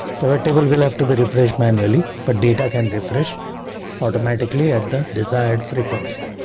but table will have to be refreshed manually, but data can refresh automatically at the desired frequency,